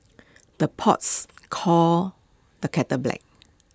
the pots calls the kettle black